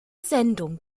sendung